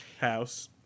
house